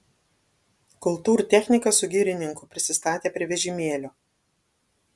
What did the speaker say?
kultūrtechnikas su girininku prisistatė prie vežimėlio